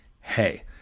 Hey